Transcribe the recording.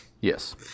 Yes